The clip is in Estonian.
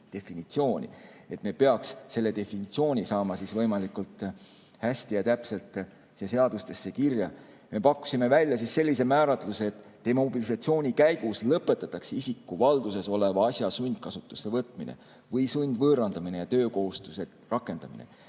Me peaks selle definitsiooni saama võimalikult hästi ja täpselt seadustesse kirja. Me pakkusime välja sellise määratluse: "Demobilisatsiooni käigus lõpetatakse isiku valduses oleva asja sundkasutusse võtmine või sundvõõrandamine ja töökohustuse rakendamine,